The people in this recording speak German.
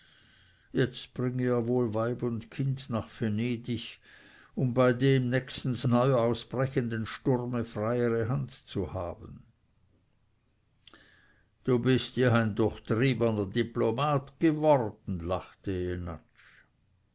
jetzt bringe er wohl weib und kind nach venedig um bei dem nächstens neu ausbrechenden sturme freiere hand zu haben du bist ja ein durchtriebener diplomat geworden lachte